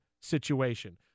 situation